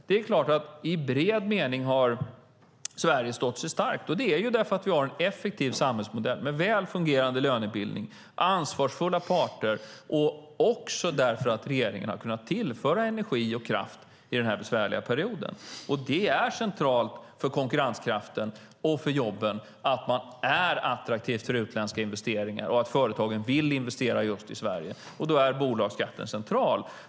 Det är klart att Sverige i bred mening har stått sig starkt, och det är därför att vi har en effektiv samhällsmodell med väl fungerande lönebildning och ansvarsfulla parter och också därför att regeringen har kunnat tillföra energi och kraft under denna besvärliga period. Det är centralt för konkurrenskraften och för jobben att man är attraktiv för utländska investeringar och att företagen vill investera just i Sverige. Då är bolagsskatten central.